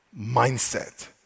mindset